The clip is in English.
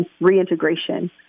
reintegration